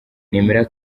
nemera